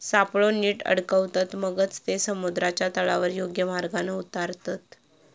सापळो नीट अडकवतत, मगच ते समुद्राच्या तळावर योग्य मार्गान उतारतत